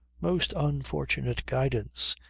most unfortunate guidance.